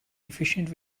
efficient